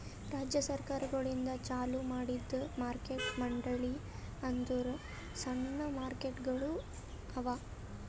ರಾಜ್ಯ ಸರ್ಕಾರಗೊಳಿಂದ್ ಚಾಲೂ ಮಾಡಿದ್ದು ಮಾರ್ಕೆಟ್ ಮಂಡಳಿ ಅಂದುರ್ ಸಣ್ಣ ಮಾರುಕಟ್ಟೆಗೊಳ್ ಅವಾ